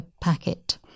packet